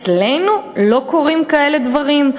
אצלנו לא קורים כאלה דברים,